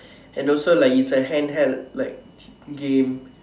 and also like it's a handheld like game